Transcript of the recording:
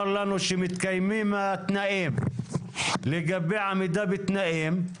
לנו שמתקיימים התנאים לגבי עמידה בתנאים,